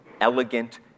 elegant